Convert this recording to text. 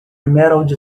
emerald